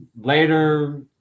later